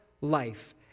life